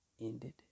Ended